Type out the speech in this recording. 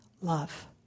love